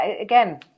again